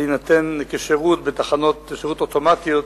וזה יינתן כשירות בתחנות שירות אוטומטיות